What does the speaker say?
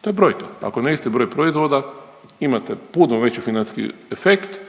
To je brojka, ako na isti broj proizvoda imate puno veći financijski efekt,